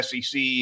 SEC